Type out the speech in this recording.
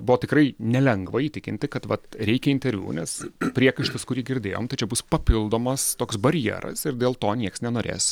buvo tikrai nelengva įtikinti kad reikia interviu nes priekaištas kurį girdėjom tai čia bus papildomas toks barjeras ir dėl to niekas nenorės